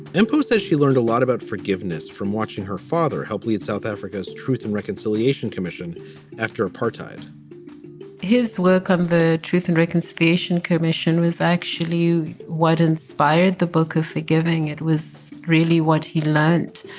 impulse as she learned a lot about forgiveness from watching her father, hopefully at south africa's truth and reconciliation commission after apartheid his work on the truth and reconciliation commission was actually what inspired the book of forgiving. it was really what he learned